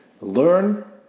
Learn